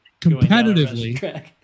Competitively